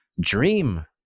dream